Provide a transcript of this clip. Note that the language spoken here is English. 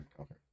okay